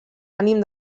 ànim